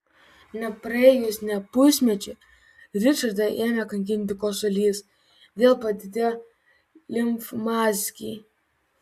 nepraėjus nė pusmečiui ričardą ėmė kankinti kosulys vėl padidėjo limfmazgiai